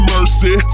Mercy